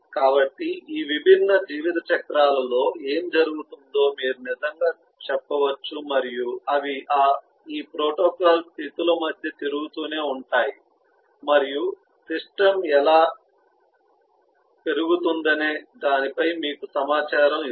కాబట్టి ఈ విభిన్న జీవితచక్రాలలో ఏమి జరుగుతుందో మీరు నిజంగా చూడవచ్చు మరియు అవి ఈ ప్రోటోకాల్ స్థితుల మధ్య తిరుగుతూనే ఉంటాయి మరియు సిస్టమ్ ఎలా పెరుగుతుందనే దానిపై మీకు సమాచారం ఇస్తుంది